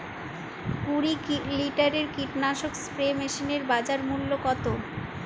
কুরি লিটারের কীটনাশক স্প্রে মেশিনের বাজার মূল্য কতো?